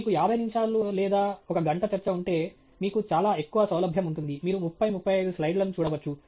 మీకు 50 నిమిషాల లేదా ఒక గంట చర్చ ఉంటే మీకు చాలా ఎక్కువ సౌలభ్యం ఉంటుంది మీరు 30 35 స్లైడ్లను చూడవచ్చు